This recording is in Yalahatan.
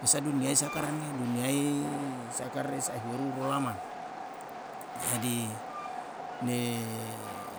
Mesa duniyai sekarang ye, duniyai saakresa ehuweru lama, jadi ne